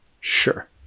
Sure